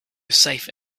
safe